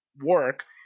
work